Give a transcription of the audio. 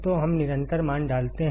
तो हम निरंतर मान डालते हैं